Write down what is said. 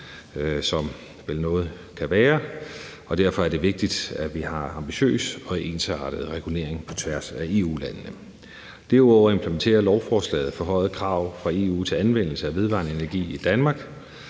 som vel noget kan være, og derfor er det vigtigt, at vi har en ambitiøs og ensartet regulering på tværs af EU-landene. Derudover implementerer lovforslaget forhøjede krav fra EU om anvendelse af vedvarende energi i Danmark.